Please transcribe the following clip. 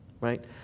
right